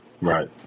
Right